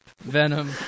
Venom